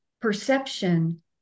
perception